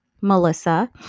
Melissa